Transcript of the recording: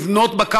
לבנות בה עוד,